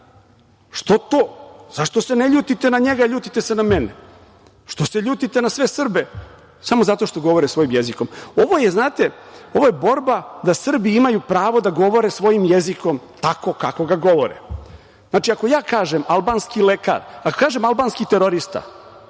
Šiptar? Zašto se ne ljutite na njega, a ljutite se na mene? Što se ljutite na sve Srbe samo zato što govore svojim jezikom? Ovo je borba da Srbi imaju pravo da govore svojim jezikom tako kako ga govore. Znači, ako ja kažem - albanski lekar, albanski terorista,